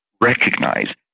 recognize